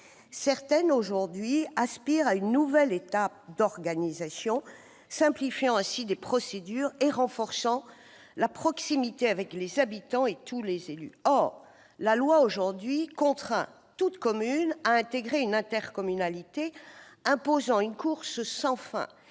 Certaines aujourd'hui aspirent à une nouvelle étape d'organisation, qui simplifierait des procédures et renforcerait la proximité avec les habitants et tous les élus. Or, aujourd'hui, la loi contraint toute commune à intégrer une intercommunalité, imposant une course sans fin